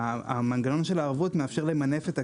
והמנגנון של הערבות מאפשר למנף את הכספים.